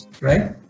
right